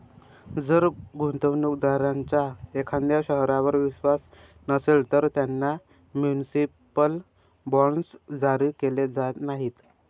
जर गुंतवणूक दारांचा एखाद्या शहरावर विश्वास नसेल, तर त्यांना म्युनिसिपल बॉण्ड्स जारी केले जात नाहीत